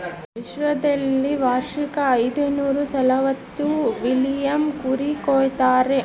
ವಿಶ್ವದಲ್ಲಿ ವಾರ್ಷಿಕ ಐದುನೂರನಲವತ್ತು ಮಿಲಿಯನ್ ಕುರಿ ಕೊಲ್ತಾರೆ